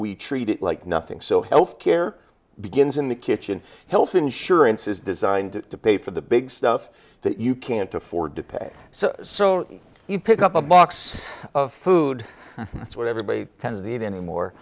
we treat it like nothing so health care begins in the kitchen health insurance is designed to pay for the big stuff that you can't afford to pay so so you pick up a box of food that's what everybody tends to eat anymore